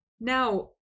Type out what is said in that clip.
Now